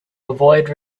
avoid